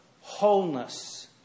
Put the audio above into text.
wholeness